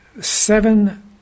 seven